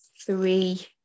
three